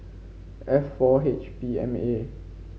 F four H B M A